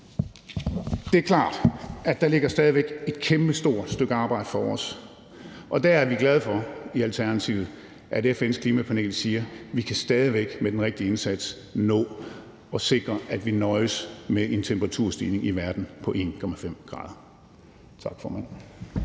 Det er klart, at der stadig væk ligger et kæmpestort stykke arbejde foran os, og der er vi glade for i Alternativet, at FN's klimapanel siger, at vi med den rigtige indsats stadig væk kan nå at sikre, at vi nøjes med en temperaturstigning i verden på 1,5 grader. Tak, formand.